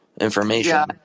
information